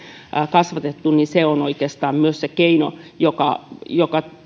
kasvatettu on oikeastaan myös keino joka joka